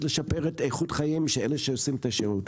לשפר את איכות חייהם של אלה שעושים את השירות.